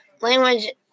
Language